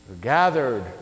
gathered